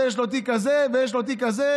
זה יש לו תיק כזה וזה יש לו תיק כזה.